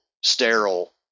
sterile